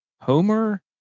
Homer